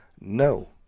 No